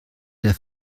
der